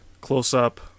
close-up